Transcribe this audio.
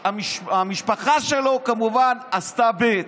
המשפחה שלו כמובן עשתה ב'.